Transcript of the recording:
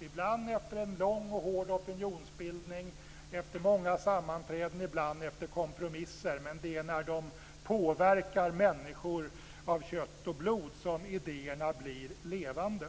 Ibland sker det efter en lång och hård opinionsbildning och många sammanträden och ibland efter kompromisser. Det är när de påverkar människor av kött och blod som idéerna blir levande.